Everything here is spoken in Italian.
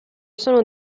sono